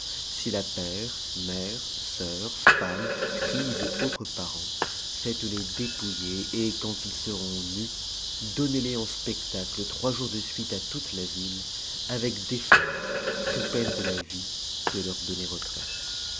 s'il a père mère sœurs femmes p filles et autres parents faites-les dépouiller et quand ils seront nus donnez les en spectacle trois jours de suite à toute la ville avec dé fense sous peine de la vie de leur donner retraite